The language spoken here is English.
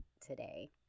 today